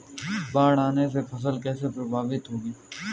बाढ़ आने से फसल कैसे प्रभावित होगी?